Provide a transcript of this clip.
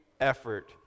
effort